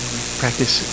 Practice